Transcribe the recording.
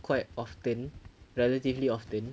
quite often relatively often